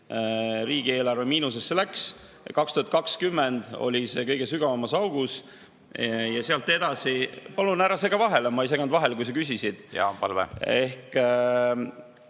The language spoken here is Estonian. riigieelarve miinusesse läks, 2020 oli see kõige sügavamas augus ja sealt edasi … Palun ära sega vahele! Ma ei seganud vahele, kui sa küsisid. Ehk